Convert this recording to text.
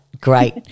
great